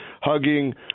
hugging